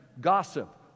gossip